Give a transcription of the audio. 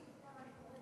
אני קוראת.